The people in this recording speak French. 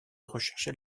rechercher